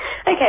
Okay